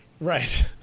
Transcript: Right